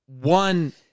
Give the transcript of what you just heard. one